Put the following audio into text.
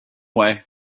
way